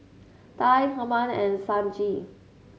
Tye Herman and Sonji